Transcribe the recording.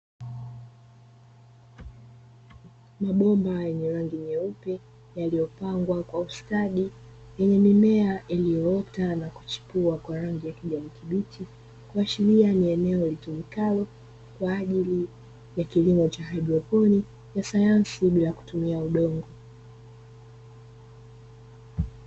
Mabomba yenye rangi nyeupe yaliyopangwa kwa ustadi, yenye mimea iliyoota na kuchipua kwa rangi ya kijani kibichi, kuashiria ni eneo litumikalo kwa ajili ya kilimo cha haidroponi ya sayansi bila kutumia udongo.